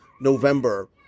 November